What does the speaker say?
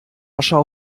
schau